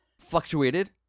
fluctuated